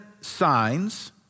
signs